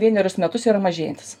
vienerius metus yra mažėjantis